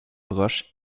proche